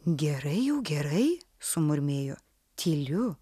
gerai jau gerai sumurmėjo tyliu